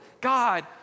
God